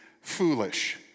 foolish